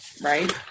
right